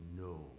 no